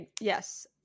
Yes